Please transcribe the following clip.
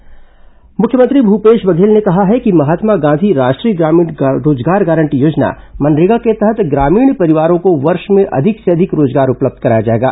मनरेगा रोजगार मुख्यमंत्री भूपेश बघेल ने कहा है कि महात्मा गांधी राष्ट्रीय ग्रामीण रोजगार गारंटी योजना मनरेगा के तहत ग्रॉमीण परिवारों को वर्ष में अधिक से अधिक रोजगार उपलब्ध कराया जाएगा